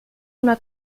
una